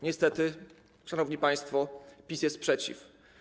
Niestety, szanowni państwo, PiS jest przeciw.